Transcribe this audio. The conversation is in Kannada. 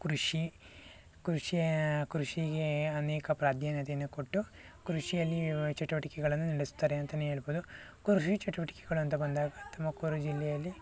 ಕೃಷಿ ಕೃಷಿ ಕೃಷಿಗೆ ಅನೇಕ ಪ್ರಾಧಾನ್ಯತೆಯನ್ನ ಕೊಟ್ಟು ಕೃಷಿಯಲ್ಲಿ ಚಟುವಟಿಕೆಗಳನ್ನು ನಡೆಸ್ತಾರೆ ಅಂತಾನೆ ಹೇಳ್ಬೋದು ಕೃಷಿ ಚಟುವಟಿಕೆಗಳು ಅಂತ ಬಂದಾಗ ತುಮಕೂರು ಜಿಲ್ಲೆಯಲ್ಲಿ